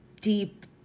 deep